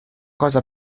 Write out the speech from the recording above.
cosa